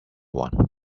one